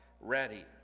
ready